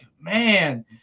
man